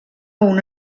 una